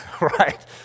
right